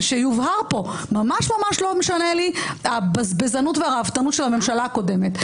ושיובהר פה שממש ממש לא משנה לי הבזבזנות והרהבתנות של הממשלה הקודמת,